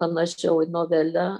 panašiau į novelę